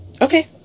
Okay